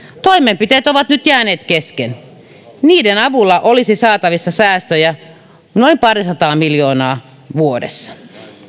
toimenpiteet ovat nyt jääneet kesken niiden avulla olisi saatavissa säästöjä noin parisataa miljoonaa vuodessa